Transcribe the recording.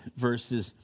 verses